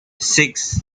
six